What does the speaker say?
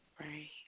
Right